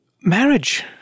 marriage